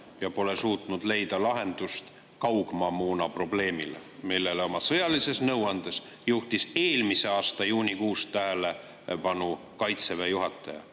ja pole suutnud leida lahendust kaugmaamoona probleemile, millele oma sõjalises nõuandes juhtis eelmise aasta juunikuus tähelepanu Kaitseväe juhataja.